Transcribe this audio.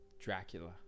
dracula